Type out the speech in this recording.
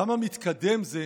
כמה מתקדם זה?